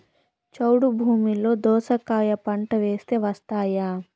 చౌడు భూమిలో దోస కాయ పంట వేస్తే వస్తాయా?